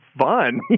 fun